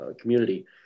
community